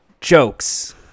jokes